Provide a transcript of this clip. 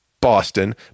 Boston